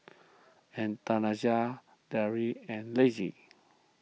Anastasia Daryle and Lacy